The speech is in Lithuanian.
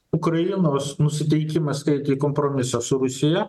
ukrainos nusiteikimas eiti į kompromisą su rusija